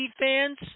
fans